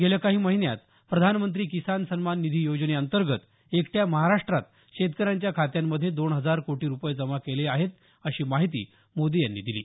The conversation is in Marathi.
गेल्या काही महिन्यात प्रधानमंत्री किसान सन्मान निधी योजनेअंतर्गत एकट्या महाराष्ट्रात शेतकऱ्यांच्या खात्यांमधे दोन हजार कोटी रुपये जमा केले आहेत अशी माहिती मोदी यांनी दिली